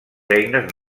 eines